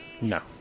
No